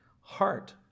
heart